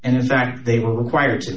and in fact they were required